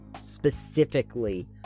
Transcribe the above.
specifically